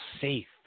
safe